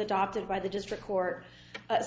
adopted by the district court